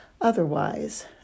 otherwise